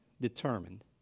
determined